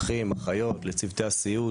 לאחים,